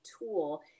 tool